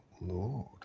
Lord